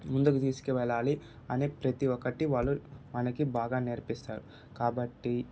ముందుకు తీసుకు వెళ్ళాలి అనే ప్రతీ ఒక్కటి వాళ్ళు మనకి బాగా నేర్పిస్తారు కాబట్టి